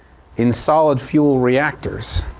in solid fuel reactors.